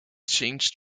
changed